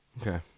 Okay